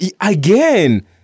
again